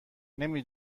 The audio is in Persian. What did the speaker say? نمی